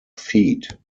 feet